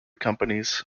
companies